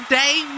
day